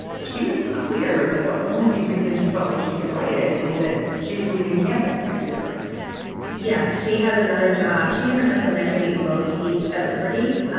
she was clear that the only reason she felt like she could write it was that she was leaving campus next year yes, she has another job. she and her husband actually both teach at liberty.